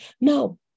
Now